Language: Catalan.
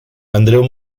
andreu